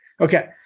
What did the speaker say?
okay